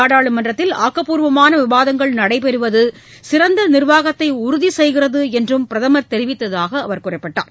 நாடாளுமன்றத்தில் ஆக்கப்பூர்வமான விவாதங்கள் நடைபெறுவது சிறந்த நிர்வாகத்தை உறுதி செய்கிறது என்றும் பிரதமர் தெரிவித்ததாக அவர் குறிப்பிட்டார்